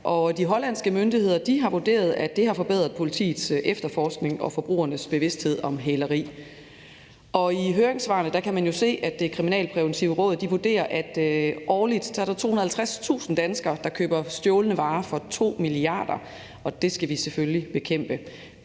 de hollandske myndigheder har vurderet, at det har forbedret politiets efterforskning og forbrugernes bevidsthed om hæleri. I høringssvarene kan man jo se, at Det Kriminalpræventive Råd vurderer, at der årligt er 250.000 danskere, der køber stjålne varer for 2 mia. kr., og det skal vi selvfølgelig bekæmpe.